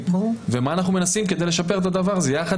ומה אנחנו מנסים לעשות כדי לשפר את הדבר הזה יחד